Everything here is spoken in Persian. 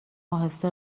اهسته